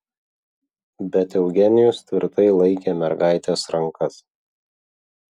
bet eugenijus tvirtai laikė mergaitės rankas